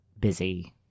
busy